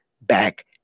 back